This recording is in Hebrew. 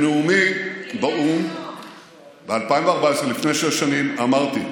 כיבוש, בנאומי באו"ם ב-2014, לפני שש שנים, אמרתי,